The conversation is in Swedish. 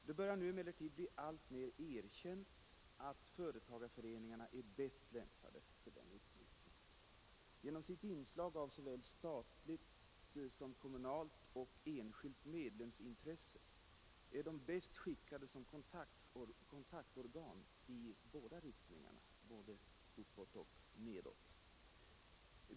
Det börjar nu emellertid bli alltmer erkänt att företagareföreningarna är mest lämpade för den uppgiften. Genom sitt inslag av såväl statligt som kommunalt och enskilt medlemsintresse är de bäst skickade som kontaktorgan i båda riktningarna, både uppåt och nedåt.